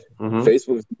Facebook